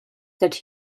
that